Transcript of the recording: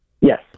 Yes